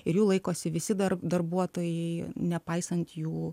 ir jų laikosi visi dar darbuotojai nepaisant jų